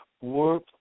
work